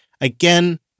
again